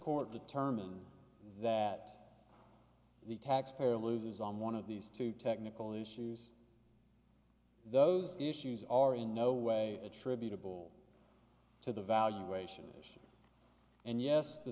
court determine that the taxpayer loses on one of these two technical issues those issues are in no way attributable to the valuation issue and yes the